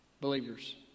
believers